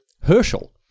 Herschel